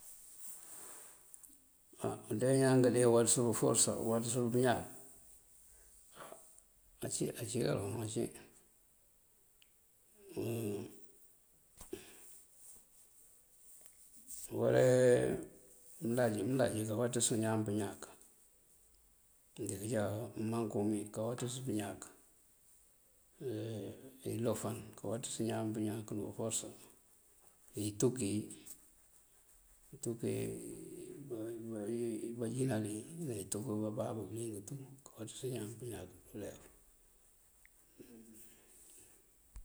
Á mëënde iñaan këënde këwáantësu uforësa, uwáantësu pëëñaak ací, ací káloŋ ací uhora mëëndáaj mëëndáaj káwáantës iñaan pëëñaak, ndiki já mángúmí káwáantës pëëñaak, iloofan káwáantës iñaan pëëñaak dí uforësa, itúkiyi itúkiyi yi báanjinal iyi itúk bababu bëliyeng tú káwáantës iñaan pëëñaak dí ulef.